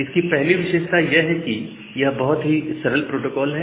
इसकी पहली विशेषता यह है कि यह बहुत ही सरल प्रोटोकॉल है